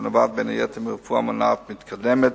שנובעת בין היתר מרפואה מונעת מתקדמת